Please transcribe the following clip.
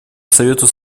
совету